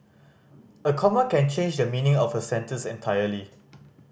a comma can change the meaning of a sentence entirely